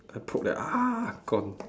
I poke then gone